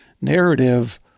narrative